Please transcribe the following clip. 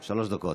יש לך שלוש דקות.